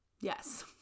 Yes